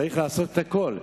צריך לעשות הכול.